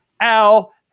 Al